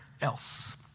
else